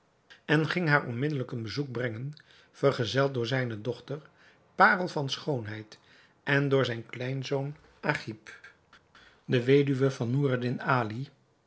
en ging haar onmiddelijk een bezoek brengen vergezeld door zijne dochter parel van schoonheid en door zijn kleinzoon agib de weduwe van noureddin ali